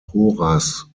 horaz